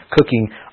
cooking